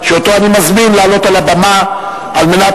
שאותו אני מזמין לעלות על הבמה על מנת